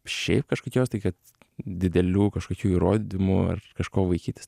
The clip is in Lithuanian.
šiaip kažkokios tai kad didelių kažkokių įrodymų ar kažko vaikytis